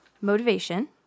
motivation